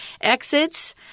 exits